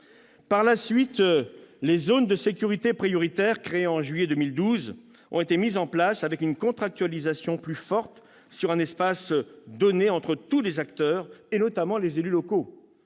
Par la suite, les zones de sécurité prioritaires, créées en juillet 2012, ont également été mises en place avec une contractualisation plus forte sur un espace donné entre tous les acteurs, notamment les élus locaux